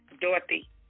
Dorothy